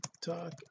talk